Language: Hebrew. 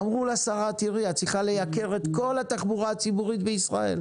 אמרו לשרה שהיא צריכה לייקר את כל התחבורה הציבורית בישראל,